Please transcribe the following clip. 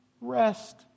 Rest